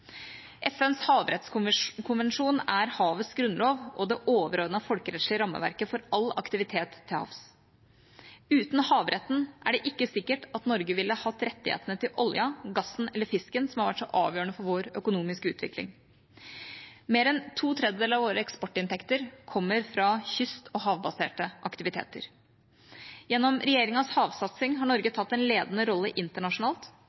er havets «grunnlov» og det overordnede folkerettslige rammeverket for all aktivitet til havs. Uten havretten er det ikke sikkert at Norge ville hatt rettighetene til oljen, gassen eller fisken, som har vært så avgjørende for vår økonomiske utvikling. Mer enn to tredjedeler av våre eksportinntekter kommer fra kyst- og havbaserte aktiviteter. Gjennom regjeringas havsatsing har Norge tatt en ledende rolle internasjonalt.